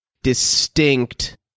Distinct